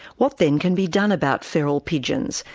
what then can be done about feral pigeons,